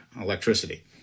electricity